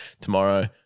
Tomorrow